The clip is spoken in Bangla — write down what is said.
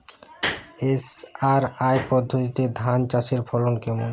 এস.আর.আই পদ্ধতিতে ধান চাষের ফলন কেমন?